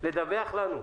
לדווח לנו.